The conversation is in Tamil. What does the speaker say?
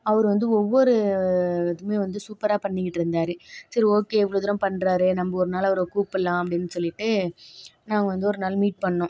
அவர் வந்து ஒவ்வொரு இதுவுமே வந்து சூப்பராக பண்ணிக்கிட்டு இருந்தார் சரி ஓகே இவ்வளோ தூரம் பண்ணுறாரே நம்ம ஒரு நாள் அவரை கூப்படல்லாம் அப்படின்னு சொல்லிகிட்டு நாங்கள் வந்து ஒரு நாள் மீட் பண்ணிணோம்